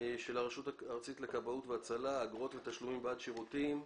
של הרשות הארצית לכבאות והצלה: אגרות ותשלומים בעד שירותים,